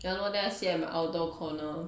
ya lor then I sit at my outdoor corner